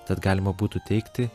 tad galima būtų teigti